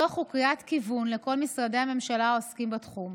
הדוח הוא קריאת כיוון לכל משרדי הממשלה העוסקים בתחום.